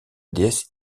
déesse